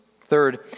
Third